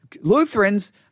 Lutherans